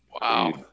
Wow